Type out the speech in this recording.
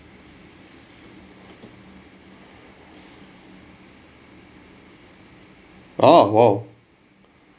ah !wow!